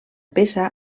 peça